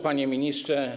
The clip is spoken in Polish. Panie Ministrze!